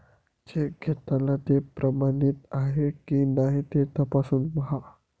check घेताना ते प्रमाणित आहे की नाही ते तपासून पाहा